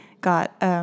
got –